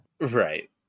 right